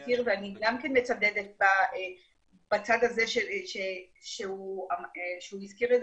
לא ניפול כאן כי בתקופה של המעבר יש לשר סמכות.